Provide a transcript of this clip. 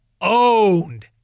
owned